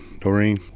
Doreen